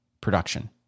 production